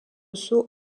saut